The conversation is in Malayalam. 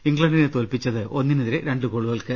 ഇംഗ്ലണ്ടിനെ തോൽപ്പിച്ചത് ഒന്നിനെതിരെ രണ്ട് ഗോളുകൾക്ക്